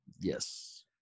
Yes